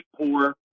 poor